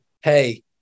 Hey